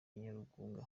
nyarugunga